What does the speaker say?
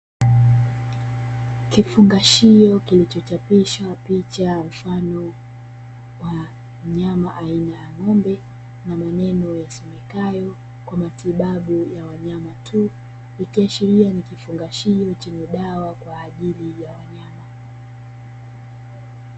Kifungashio kilichochapishwa picha mfano wa mnyama aina ya ng'ombe na maneno yasomekayo"Kwa matibabu ya wanyama tu"; ikiashiria ni kifungashio chenye dawa kwa ajili ya wanyama.